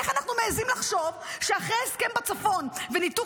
איך אנחנו מעיזים לחשוב שאחרי הסכם בצפון וניתוק